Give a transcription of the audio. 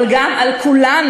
אבל גם על כולנו,